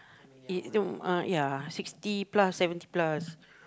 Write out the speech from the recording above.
ah ya sixty plus seventy plus